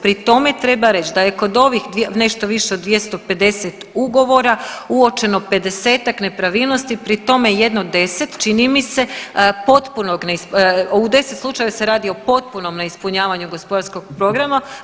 Pri tome treba reći da je kod ovih nešto više od 250 ugovora uočeno pedesetak nepravilnosti pri tome jedno 10 čini mi se potpunog, u 10 slučajeva se radi o potpunom neispunjavanju gospodarskog programa.